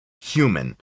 human